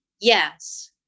yes